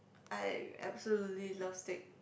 I absolutely love steak